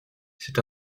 c’est